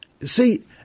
See